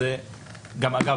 אגב,